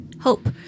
Hope